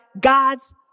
God's